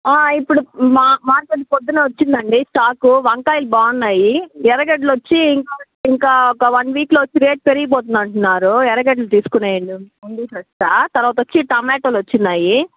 ఇప్పుడు మా మార్కెట్లో పొద్దునే వచ్చిందండి స్టాకు వంకాయలు బాగున్నాయి ఎరగెడ్లొచ్చి ఇంకా ఇంకా ఒక వన్ వీక్లో వచ్చి ఇంకా రేట్ పెరిగిపోతుంది అంటున్నారు ఎరగడ్లు తీసుకోనెయ్యండి తరువాతొచ్చి టమోటాలు వచ్చినాయి